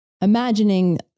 Imagining